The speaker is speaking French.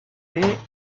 est